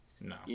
No